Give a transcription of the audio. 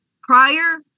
prior